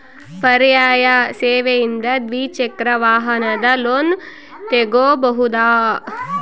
ಪರ್ಯಾಯ ಸೇವೆಯಿಂದ ದ್ವಿಚಕ್ರ ವಾಹನದ ಲೋನ್ ತಗೋಬಹುದಾ?